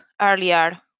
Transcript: earlier